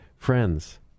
Friends